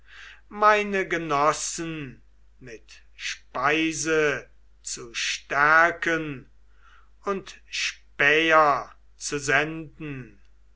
meine genossen mit speise zu stärken und späher zu senden